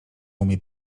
umie